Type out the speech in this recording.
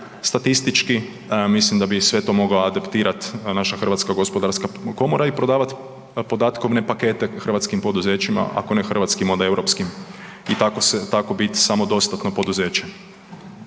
statistički mislim da bi sve to moglo adaptirat, a naša HGK i prodavat podatkovne pakete hrvatskim poduzećima, ako ne hrvatskim onda europskim i tako biti samodostatno poduzeće.